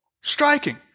Striking